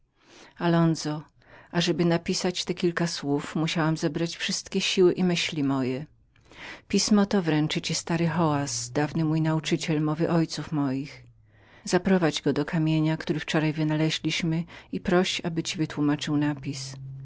alonzo ażeby napisać te kilka słów musiałam zebrać wszystkie siły i myśli moje pismo to wręczy ci stary xoaz dawny mój nauczyciel mowy ojców moich zaprowadź go do kamienia który wczoraj wynaleźliśmy i proś aby ci wytłumaczył napis